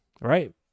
right